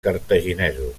cartaginesos